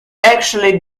actually